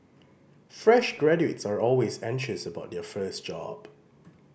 fresh graduates are always anxious about their first job